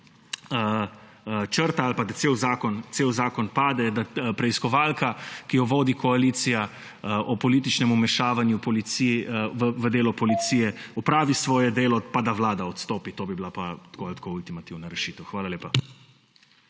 črta ali pa da cel zakon pade, da preiskovalka, ki jo vodi koalicija, o političnem vmešavanju v delo policije opravi svoje delo. Pa da vlada odstopi, to bi bila pa tako ali tako ultimativna rešitev. Hvala lepa.